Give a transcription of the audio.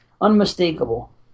unmistakable